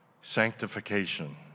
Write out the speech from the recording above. sanctification